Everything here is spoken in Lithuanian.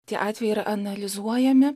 tie atvejai yra analizuojami